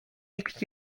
nikt